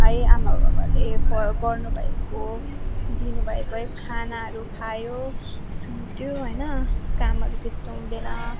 है आमा बाबाले पढ गर्नुभएको दिनुभएको है खानाहरू खायो सुत्यो होइन कामहरू त्यस्तो हुँदैन